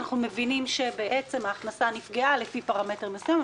בעצם ההכנסה נפגעה לפי פרמטרים מסוימים.